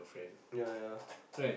ya ya ya